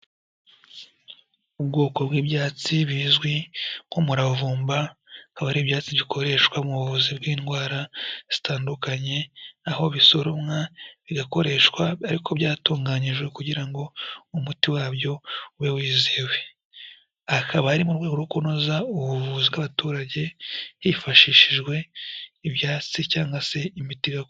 Ubwoko bw'ibyatsi bizwi nk'umuravumba, kaba ari ibyatsi bikoreshwa mu buvuzi bw'indwara zitandukanye aho bisoromwa bigakoreshwa ariko byatunganyijwe kugira ngo umuti wabyo ube wizewe, akaba ari mu rwego rwo kunoza ubuvuzi bw'abaturage hifashishijwe ibyatsi cyanga se imiti gako.